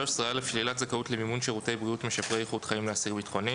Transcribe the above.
שלילת זכאות למימון שירותי בריאות משפרי איכות חיים לאסיר ביטחוני